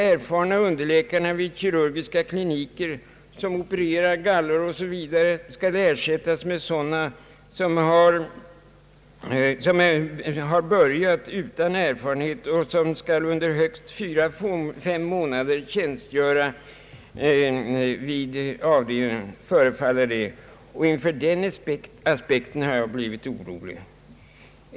Erfarna underläkare vid kirurgiska kliniker som utför gallstensoperationer m.m. skall ersättas av sådana läkare som startar utan erfarenhet och som skall tjänstgöra vid dessa avdelningar under högst fyra— fem månader, som det förefaller. Det är den aspekten som gör mig orolig.